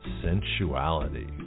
sensuality